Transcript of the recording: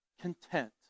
content